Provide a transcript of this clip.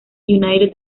united